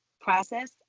process